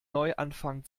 neuanfang